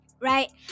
right